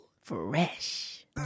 Fresh